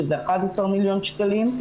שזה 11 מיליון שקלים.